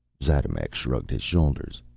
xatmec shrugged his shoulders.